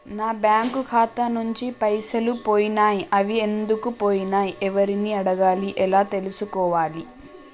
నా బ్యాంకు ఖాతా నుంచి పైసలు పోయినయ్ అవి ఎందుకు పోయినయ్ ఎవరిని అడగాలి ఎలా తెలుసుకోవాలి?